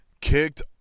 kicked